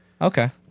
Okay